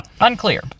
Unclear